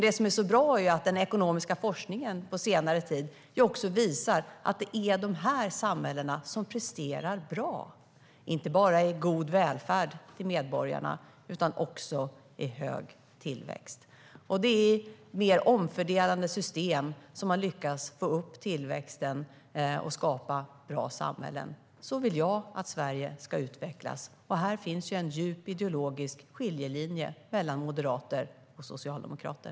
Det som är bra är att den ekonomiska forskningen på senare tid visar att det är de samhällena som presterar bra, inte bara i god välfärd för medborgarna utan också i hög tillväxt. Det är mer omfördelande system som har lyckats få upp tillväxten och skapa bra samhällen. Så vill jag att Sverige ska utvecklas. Här finns en djup ideologisk skiljelinje mellan moderater och socialdemokrater.